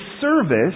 service